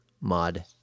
mod